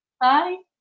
Bye